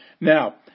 Now